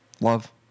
Love